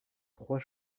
trois